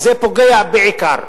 זה פוגע בעיקר,